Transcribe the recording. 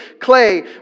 clay